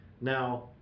Now